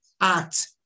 act